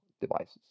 devices